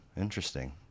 interesting